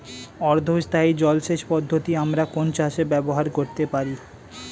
অর্ধ স্থায়ী জলসেচ পদ্ধতি আমরা কোন চাষে ব্যবহার করতে পারি?